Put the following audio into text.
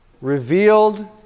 revealed